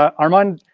um armand,